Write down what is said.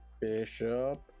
Bishop